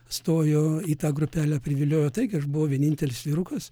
stojo į tą grupelę priviliojo taigi aš buvau vienintelis vyrukas